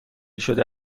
شده